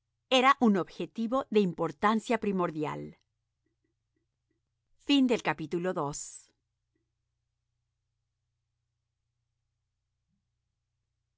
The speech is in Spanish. era un objetivo de importancia primordial